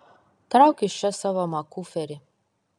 trauk iš čia savo makuferį